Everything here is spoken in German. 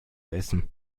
essen